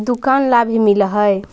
दुकान ला भी मिलहै?